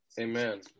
amen